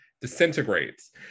disintegrates